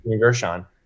gershon